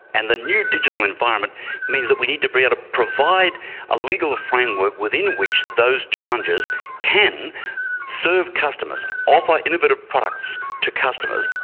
and the new digital environment means that we need to be able to provide a legal framework within which those challenges can serve customers, offer innovative products to customers.